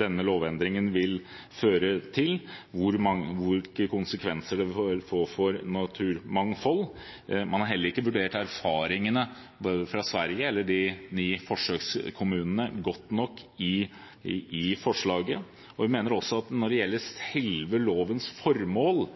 denne lovendringen vil føre til, eller hvilke konsekvenser det vil få for naturmangfoldet. Man har heller ikke vurdert erfaringene fra Sverige eller de ni forsøkskommunene godt nok i forslaget. Vi mener også at når det gjelder selve lovens formål,